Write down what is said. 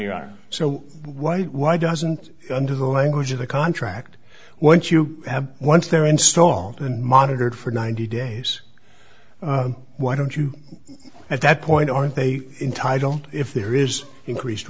you are so why why doesn't under the language of the contract once you have once they're installed and monitored for ninety days why don't you at that point aren't they entitled if there is increased